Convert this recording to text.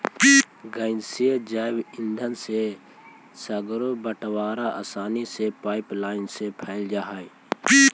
गैसीय जैव ईंधन से सर्गरो बटवारा आसानी से पाइपलाईन से कैल जा सकऽ हई